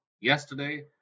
yesterday